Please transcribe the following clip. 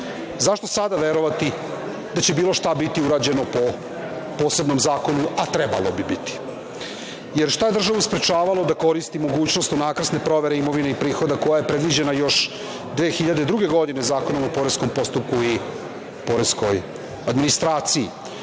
zašto sada verovati da će bilo šta biti urađeno po posebnom zakonu, a trebalo bi biti? Šta je državu sprečavalo da koristi mogućnost unakrsne provere imovine i prihoda koja je predviđena još 2002. godine Zakonom o poreskom postupku i poreskoj administraciji?